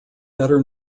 better